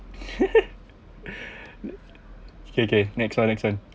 okay okay next one next one